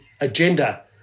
agenda